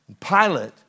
Pilate